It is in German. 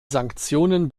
sanktionen